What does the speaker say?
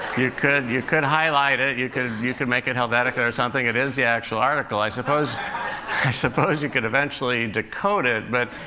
you could you could highlight it you could you could make it helvetica or something it is the actual article. i suppose i suppose you could eventually decode it, but